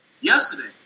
yesterday